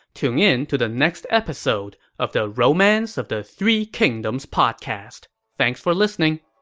tune in to the next episode of the romance of the three kingdoms podcast. thanks for listening!